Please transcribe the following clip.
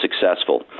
successful